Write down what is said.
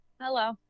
Hello